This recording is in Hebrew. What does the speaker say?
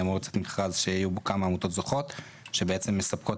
אמור לצאת מכרז שיהיו בו כמה עמותות זוכות שבעצם מספקות